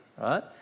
right